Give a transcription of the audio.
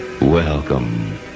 welcome